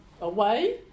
away